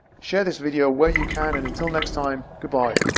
share this video where you can and until next time goodbye!